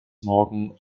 morgen